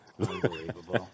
Unbelievable